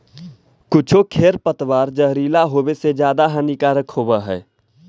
कुछो खेर पतवार जहरीला होवे से ज्यादा हानिकारक होवऽ हई